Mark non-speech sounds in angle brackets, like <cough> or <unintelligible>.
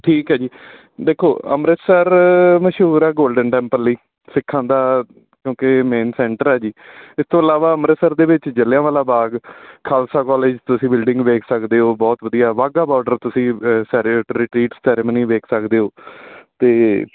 ਠੀਕ ਹੈ ਜੀ ਦੇਖੋ ਅੰਮ੍ਰਿਤਸਰ ਮਸ਼ਹੂਰ ਆ ਗੋਲਡਨ ਟੈਂਪਲ ਲਈ ਸਿੱਖਾਂ ਦਾ ਕਿਉਂਕਿ ਮੇਨ ਸੈਂਟਰ ਆ ਜੀ ਇਸ ਤੋਂ ਇਲਾਵਾ ਅੰਮ੍ਰਿਤਸਰ ਦੇ ਵਿੱਚ ਜਲਿਆਂਵਾਲਾ ਬਾਗ ਖਾਲਸਾ ਕੋਲਜ ਤੁਸੀਂ ਬਿਲਡਿੰਗ ਵੇਖ ਸਕਦੇ ਹੋ ਬਹੁਤ ਵਧੀਆ ਵਾਹਗਾ ਬਾਰਡਰ ਤੁਸੀਂ <unintelligible> ਸੈਰਮਨੀ ਵੇਖ ਸਕਦੇ ਹੋ ਅਤੇ